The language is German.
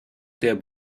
der